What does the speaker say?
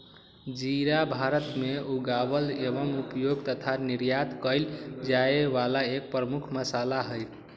जीरा भारत में उगावल एवं उपयोग तथा निर्यात कइल जाये वाला एक प्रमुख मसाला हई